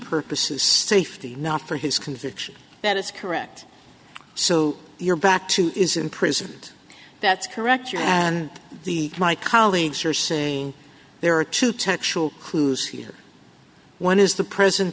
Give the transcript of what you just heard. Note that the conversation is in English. purposes safety not for his conviction that is correct so you're back to his imprisonment that's correct you and the my colleagues are saying there are two textual clues here one is the present